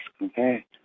okay